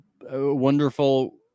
wonderful